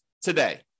today